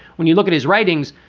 when you look at his writings.